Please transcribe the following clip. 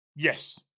Yes